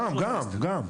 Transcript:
גם, גם.